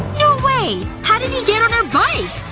way! how did he get on her bike!